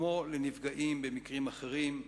כמו נפגעים במקרים אחרים,